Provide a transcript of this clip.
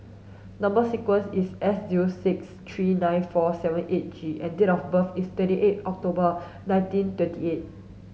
number sequence is S zero six three nine four seven eight G and date of birth is twenty eight October nineteen twenty eight